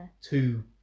two